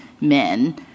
men